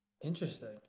Interesting